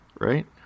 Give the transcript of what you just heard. right